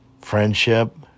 Friendship